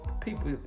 people